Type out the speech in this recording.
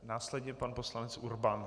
Následně pan poslanec Urban.